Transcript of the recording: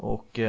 Och